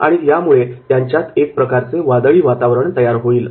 आणि यामुळे त्यांच्यात एक प्रकारचे वादळी वातावरण तयार होईल